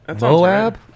Moab